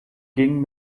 ging